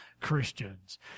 Christians